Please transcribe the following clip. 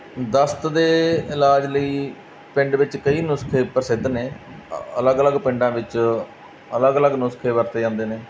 ਦਸਤ ਦੇ ਇਲਾਜ ਲਈ ਪਿੰਡ ਵਿੱਚ ਕਈ ਨੁਸਖੇ ਪ੍ਰਸਿੱਧ ਨੇ ਅ ਅਲੱਗ ਅਲੱਗ ਪਿੰਡਾਂ ਵਿੱਚ ਅਲੱਗ ਅਲੱਗ ਨੁਸਖੇ ਵਰਤੇ ਜਾਂਦੇ ਨੇ